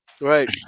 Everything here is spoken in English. Right